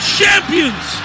champions